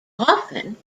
often